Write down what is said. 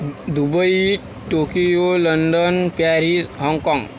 Dubai Tokyo London Paris Hong Kong